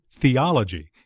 theology